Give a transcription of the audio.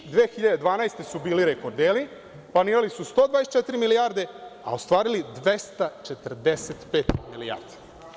Godine 2012. su bili rekorderi, planirali su 124 milijarde, a ostvarili 245 milijardi.